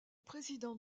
président